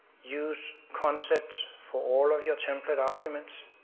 use concepts for all of your template arguments.